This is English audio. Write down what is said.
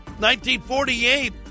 1948